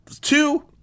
two